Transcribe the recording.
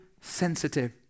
sensitive